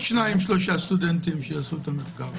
שניים-שלושה סטודנטים שיעשו את המחקר.